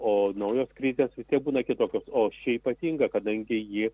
o naujos krizės vis tiek būna kitokios o ši ypatinga kadangi ji